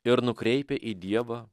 ir nukreipia į dievą